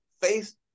face